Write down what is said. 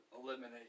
eliminate